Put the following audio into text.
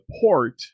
port